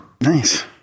Nice